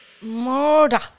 Murder